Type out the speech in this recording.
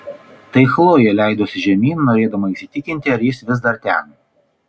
tai chlojė leidosi žemyn norėdama įsitikinti ar jis vis dar ten